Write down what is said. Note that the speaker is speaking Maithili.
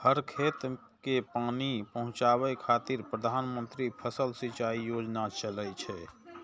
हर खेत कें पानि पहुंचाबै खातिर प्रधानमंत्री फसल सिंचाइ योजना चलै छै